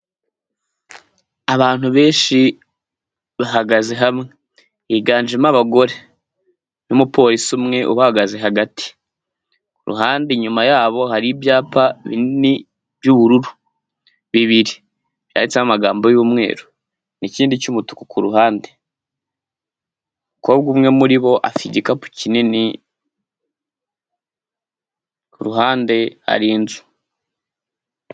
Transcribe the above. Abantu benshi bahagaze hamwe higanjemo abagore n'umupolisi umwe ubahagaze hagati, ku ruhande inyuma y'abo hari ibyapa binini by'ubururu biriho amagambo y'umweru, ikindi cy'umutuku ku ruhande, umukobwa umwe muri bo afite igikapu kinini, ku ruhande hari inzu.